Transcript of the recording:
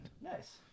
Nice